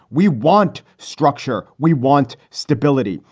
we want structure. we want stability.